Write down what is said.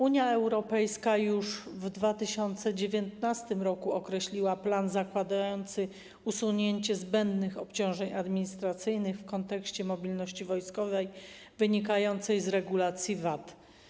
Unia Europejska już w 2019 r. określiła plan zakładający usunięcie zbędnych obciążeń administracyjnych w kontekście mobilności wojskowej wynikającej z regulacji VAT.